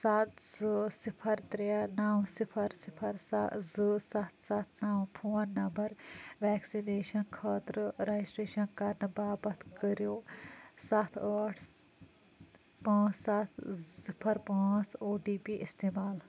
سَتھ زٕ صِفر ترٛےٚ نَو صِفر صِفر سَہ زٕ سَتھ سَتھ نَو فون نمبر ویکسِنیشن خٲطرٕ رجسٹریشَن کرنہٕ باپتھ کٔرِو سَتھ ٲٹھ پانٛژھ سَتھ زٕ صِفر پانٛژھ او ٹی پی استعمال